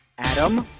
adam,